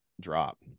drop